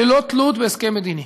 ללא תלות בהסכם מדיני.